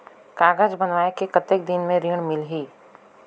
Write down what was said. कागज बनवाय के कतेक दिन मे ऋण मिलही?